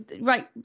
right